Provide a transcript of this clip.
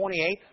28